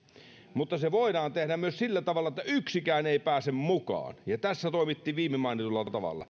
mutta se voidaan tehdä myös sillä tavalla että yksikään ei pääse mukaan ja tässä asiassa toimittiin viimeksi mainitulla tavalla